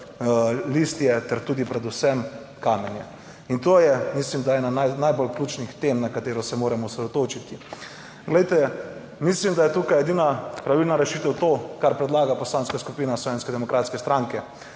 listje ter tudi predvsem kamenje in to je mislim, da ena najbolj ključnih tem, na katero se moramo osredotočiti. Glejte mislim da je tukaj edina pravilna rešitev to kar predlaga Poslanska skupina Slovenske demokratske stranke,